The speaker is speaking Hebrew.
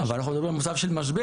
אבל אנחנו מדברים על מצב של משבר,